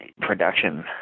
production